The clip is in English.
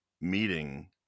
meeting